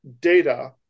data